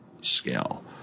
scale